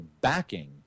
backing